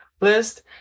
list